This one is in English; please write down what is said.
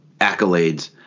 accolades